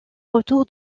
retour